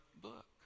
book